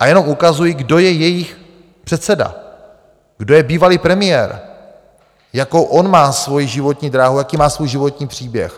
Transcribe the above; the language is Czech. a jenom ukazuji, kdo je jejich předseda, kdo je bývalý premiér, jakou on má svojí životní dráhu, jaký má svůj životní příběh.